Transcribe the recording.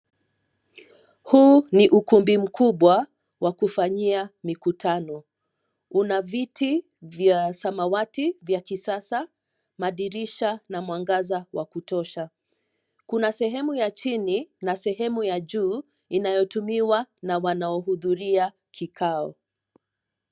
Huu ni ukumbi mkubwa, wa kufanyia mikutano. Una viti, vya samawati vya kisasa, madirisha na mwangaza wa kutosha. Kuna sehemu ya chini na sehemu ya juu inayotumiwa na wanaohudhuria kikao.